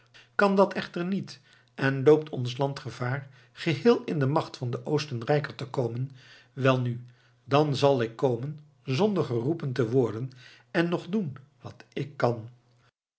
kan dat echter niet en loopt ons land gevaar geheel in de macht van den oostenrijker te komen welnu dan zal ik komen zonder geroepen te worden en nog doen wat ik kan